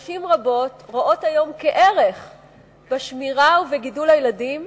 נשים רבות רואות היום כערך את השמירה וגידול הילדים,